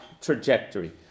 trajectory